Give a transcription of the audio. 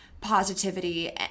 positivity